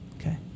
Okay